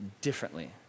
differently